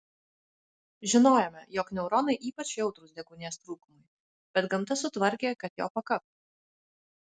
žinojome jog neuronai ypač jautrūs deguonies trūkumui bet gamta sutvarkė kad jo pakaktų